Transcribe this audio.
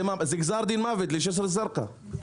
זה גזר דין מוות לג'סר א-זרקה.